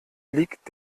liegt